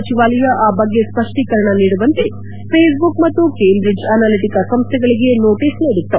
ಸಚಿವಾಲಯ ಆ ಬಗ್ಗೆ ಸ್ಪ ಡ್ಷೀಕರಣ ನೀಡುವಂತೆ ಫೇಸ್ಬುಕ್ ಮತ್ತು ಕೇಂಬ್ರಿಡ್ಜ್ ಅನಲಿಟಿಕಾ ಸಂಸೆಗಳಿಗೆ ನೋಟಿಸ್ ನೀಡಲಾಗಿತು